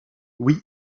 oui